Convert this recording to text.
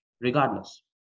regardless